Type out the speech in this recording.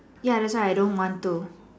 ya that's why I don't want to